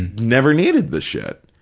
never needed the shit.